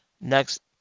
next